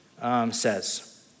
says